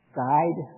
guide